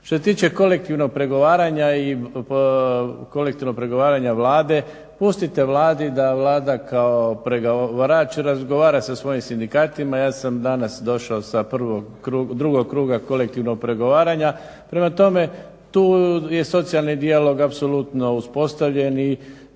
Što se tiče kolektivnog pregovaranja i kolektivnog pregovaranja Vlade pustite Vladi da Vlada kao pregovarač razgovara sa svojim sindikatima. Ja sam danas došao sa drugog kruga kolektivnog pregovaranja. Prema tome, tu je socijalni dijalog apsolutno uspostavljen